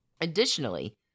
Additionally